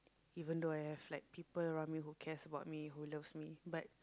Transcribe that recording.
even though I have like people around me that cares for me that loves me but